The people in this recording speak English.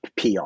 PR